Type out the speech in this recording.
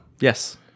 Yes